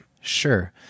Sure